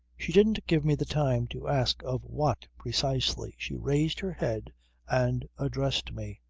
she didn't give me the time to ask of what precisely. she raised her head and addressed me.